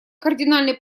кардинальной